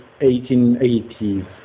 1880s